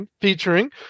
featuring